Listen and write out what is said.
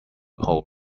hold